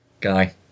Guy